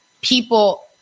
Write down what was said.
people